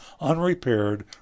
unrepaired